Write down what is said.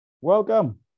Welcome